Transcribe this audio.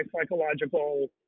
psychological